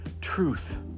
truth